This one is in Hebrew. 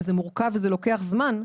וזה מורכב וזה לוקח זמן,